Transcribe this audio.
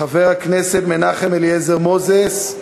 חבר הכנסת מנחם אליעזר מוזס,